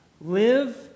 Live